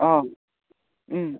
অঁ